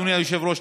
אדוני היושב-ראש,